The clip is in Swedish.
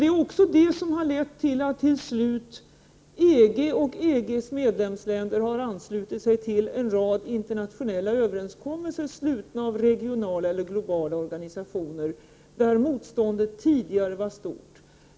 Det är också det som lett till att till slut EG och EG:s medlemsländer har anslutit sig till en rad internationella överenskommelser, träffade av regionala eller globala organisationer, där motståndet tidigare var stort.